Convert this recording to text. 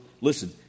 listen